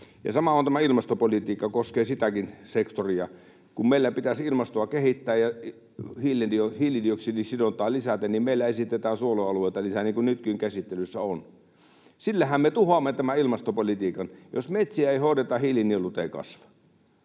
Sama on tässä ilmastopolitiikassa, tämä koskee sitäkin sektoria. Kun meillä pitäisi ilmastoa kehittää ja hiilidioksidisidontaa lisätä, niin meillä esitetään suojelualueita lisää niin kuin nytkin käsittelyssä on. Sillähän me tuhoamme tämän ilmastopolitiikan. Jos metsiä ei hoideta, hiilinielut eivät kasva.